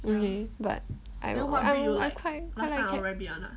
okay but I remember I you I quite like cat